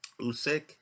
Usyk